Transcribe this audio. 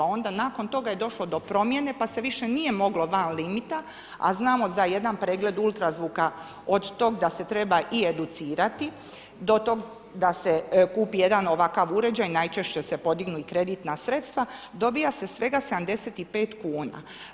Onda nakon toga je došlo do promjene, pa se više nije moglo van limita, a znamo za jedan pregled UZV-a od toga da se treba i educirati, do tog da se kupi jedan ovakav uređaj najčešće se podignu i kreditna sredstva, dobija se svega 75 kuna.